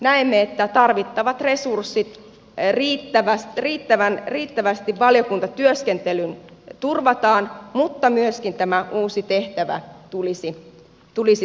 näemme että tarvittavat resurssit riittävästi valiokuntatyöskentelyyn turvataan mutta myöskin tämä uusi tehtävä tulisi toteutettavaksi